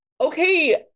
Okay